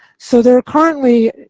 so there are currently,